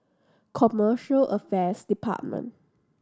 Commercial Affairs Department